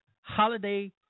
holiday